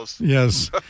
Yes